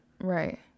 Right